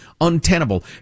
untenable